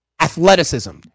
Athleticism